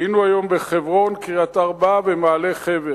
היינו היום בחברון, קריית-ארבע, במעלה-חבר.